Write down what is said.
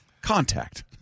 contact